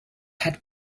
had